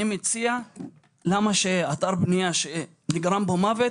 למה אתר בנייה שנגרם בו מוות